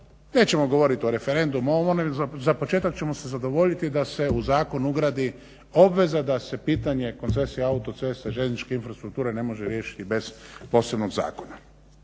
nećemo govoriti o referendumu ovo ono za početak ćemo se zadovoljiti da se u zakon ugradi obveza da se pitanje koncesija autocesta i željezničke infrastrukture ne može riješiti bez posebnog zakona.